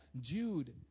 Jude